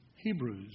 Hebrews